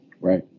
Right